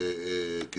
דחיית זמנים,